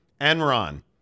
Enron